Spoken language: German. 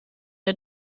der